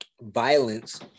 violence